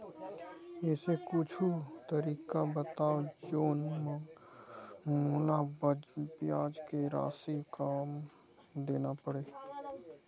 ऐसे कुछू तरीका बताव जोन म मोला ब्याज के राशि कम देना पड़े?